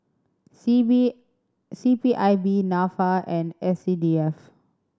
C P C P I B Nafa and S C D F